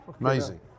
amazing